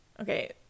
Okay